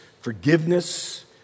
forgiveness